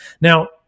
Now